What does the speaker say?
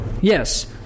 Yes